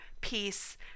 peace